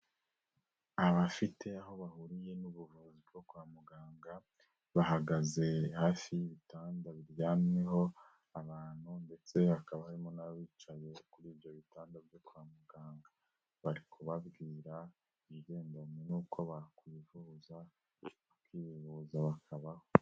Abafite aho bahuriye n'ubuvuzi bwo kwa muganga bahagaze hafi y'ibitanda biryamyeho abantu, ndetse hakaba harimo n'abicaye kuri ibyo bitanda byo kwa muganga bari kubabwira ibigendanye n'uko bakwivuza bakivuza bakabaho.